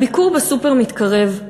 הביקור בסופר מתקרב,